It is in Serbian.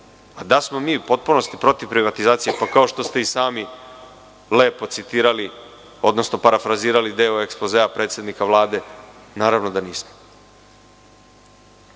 da li smo mi u potpunosti protiv privatizacije. Kao što ste i sami lepo citirali, odnosno parafrazirali deo ekspozea predsednika Vlade, naravno da nismo.